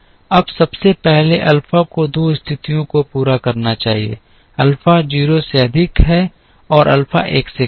अब सबसे पहले अल्फा को दो स्थितियों को पूरा करना चाहिए अल्फा 0 से अधिक है और अल्फा 1 से कम है